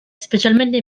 specialmente